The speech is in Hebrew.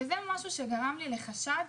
זה משהו שגרם לי לחשוד,